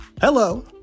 Hello